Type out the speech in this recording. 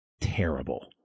terrible